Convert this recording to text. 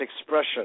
expression